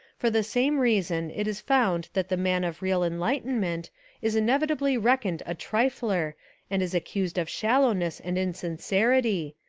for the same reason it is found that the man of real enlightenment is inevitably reckoned a trifler and is accused of shallowness and insincerity,